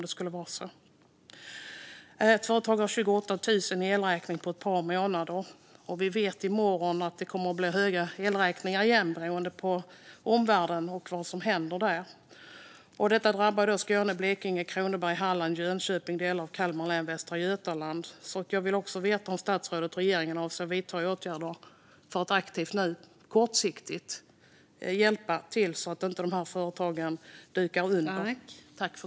Ett företag har en elräkning på 28 000 kronor för ett par månader. Vi vet att det i morgon kommer att bli höga elräkningar igen, beroende på det som händer i omvärlden. Detta drabbar Skåne, Blekinge, Kronoberg, Halland, Jönköping, delar av Kalmar län och Västra Götaland. Jag vill veta om statsrådet och regeringen avser att vidta åtgärder för att aktivt och på kort sikt hjälpa företagen så att de inte dukar under.